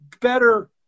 better